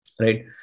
right